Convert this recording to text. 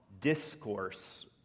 discourse